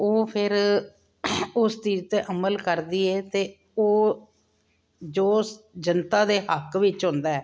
ਉਹ ਫਿਰ ਉਸ ਚੀਜ਼ 'ਤੇ ਅਮਲ ਕਰਦੀ ਹੈ ਅਤੇ ਉਹ ਜੋ ਜਨਤਾ ਦੇ ਹੱਕ ਵਿੱਚ ਹੁੰਦਾ